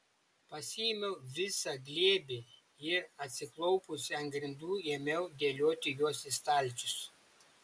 pasiėmiau visą glėbį ir atsiklaupusi ant grindų ėmiau dėlioti juos į stalčius